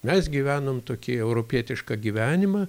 mes gyvenom tokį europietišką gyvenimą